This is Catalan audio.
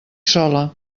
sola